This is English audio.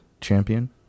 champion